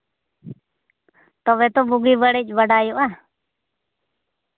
ᱛᱚᱵᱮ ᱛᱚ ᱵᱩᱜᱤ ᱵᱟᱹᱲᱤᱡ ᱵᱟᱰᱟᱭᱚᱜᱼᱟ